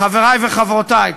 חברי וחברותי,